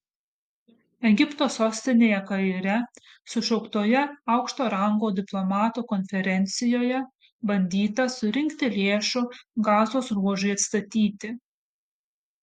egipto sostinėje kaire sušauktoje aukšto rango diplomatų konferencijoje bandyta surinkti lėšų gazos ruožui atstatyti